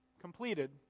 completed